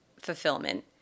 fulfillment